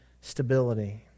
stability